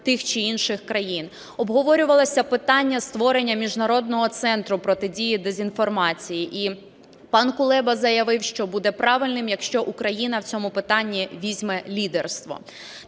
тих чи інших країн. Обговорювалося питання створення міжнародного центру протидії дезінформації. І пан Кулеба заявив, що буде правильним, якщо Україна в цьому питані візьме лідерство.